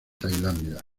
tailandia